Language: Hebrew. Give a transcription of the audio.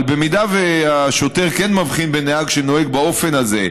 אבל אם השוטר כן מבחין בנהג שנוהג באופן הזה,